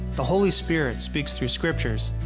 the holy spirit speaks through scriptures.